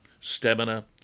stamina